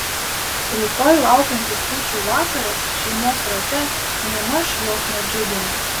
rytoj laukiantis kūčių vakaras šeimos rate nėmaž jos nedžiugino